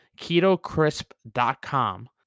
KetoCrisp.com